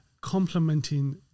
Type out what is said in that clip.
complementing